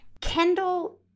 Kendall